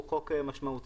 הוא חוק משמעותי,